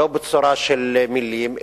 לא בצורה של מלים,